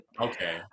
Okay